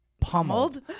pummeled